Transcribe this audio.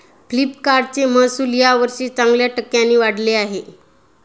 फ्लिपकार्टचे महसुल यावर्षी चांगल्या टक्क्यांनी वाढले आहे